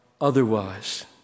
otherwise